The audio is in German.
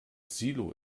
silo